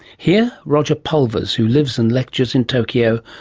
here roger pulvers, who lives and lectures in tokyo,